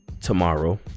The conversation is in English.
tomorrow